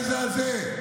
איזה גזע אתה?